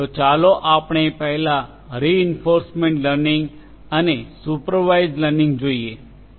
તો ચાલો આપણે પહેલા રિઇન્ફોર્સમેન્ટ લર્નિંગ અને સુપરવાઇઝડ લર્નિંગ જોઈએ